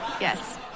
Yes